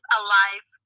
alive